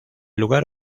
lugar